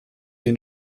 den